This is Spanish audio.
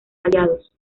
aliados